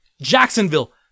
Jacksonville